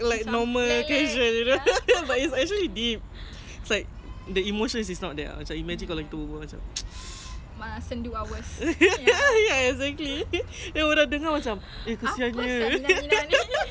you taking license next year what car you getting any car will do ah eh asalkan dapat kereta sudah